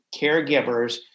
caregivers